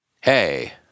Hey